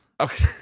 Okay